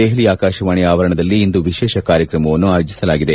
ದೆಹಲಿ ಆಕಾಶವಾಣಿ ಆವರಣದಲ್ಲಿ ಇಂದು ವಿಶೇಷ ಕಾರ್ಯಕ್ರಮವನ್ನು ಆಯೋಜಿಸಲಾಗಿದೆ